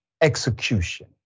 execution